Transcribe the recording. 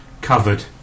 covered